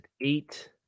eight